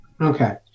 Okay